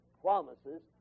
promises